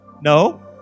No